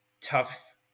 tough